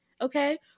Okay